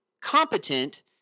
competent